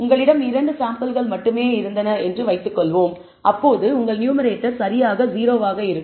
உங்களிடம் இரண்டு சாம்பிள்கள் மட்டுமே இருந்தன என்று வைத்துக்கொள்வோம் அப்போது உங்கள் நியூமரேட்டர் சரியாக 0 ஆக இருக்கும்